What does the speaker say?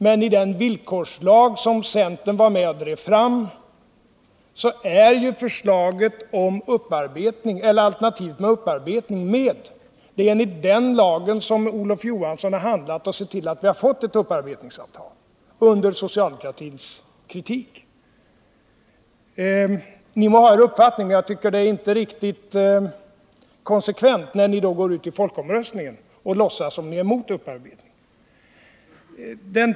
Men i den villkorslag som centern var med om att driva fram är ju det alternativ som innefattar upparbetning med. Det är enligt den lagen som Olof Johansson har handlat och sett till att vi har fått ett upparbetningsavtal, under kritik från socialdemokratin. Ni må har er uppfattning, men det är inte riktigt konsekvent när ni går ut i folkomröstningen och låtsas som om ni är mot upparbetning.